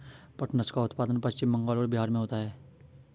पटसन का उत्पादन पश्चिम बंगाल और बिहार में होता है